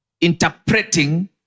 interpreting